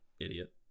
Idiot